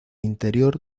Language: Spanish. interior